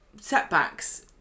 setbacks